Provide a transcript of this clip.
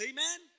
Amen